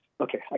okay